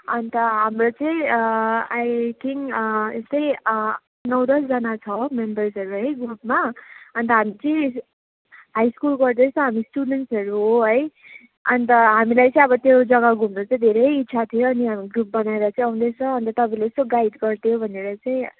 अन्त हाम्रो चाहिँ आई थिन्क यस्तै नौ दसजना छ मेम्बरहरू है ग्रुपमा अन्त हामी चाहिँ हाइ स्कुल गर्दैछ हामी स्टुडेन्सहरू हो है अन्त हामीलाई चाहिँ अब त्यो जग्गा घुम्नु चाहिँ धेरै इच्छा थियो अनि हामी ग्रुप बनाएर चाहिँ आउँदैछ अन्त तपाईँले यसो गाइड गरिदियो भनेर चाहिँ